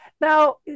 Now